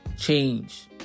change